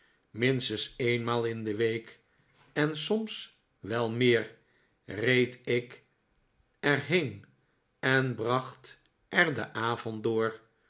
minstens eenmaal in de week en soms wel meer reed ik er heen en bracht er den avond door